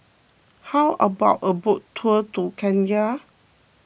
how about a boat tour to Kenya